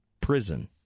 prison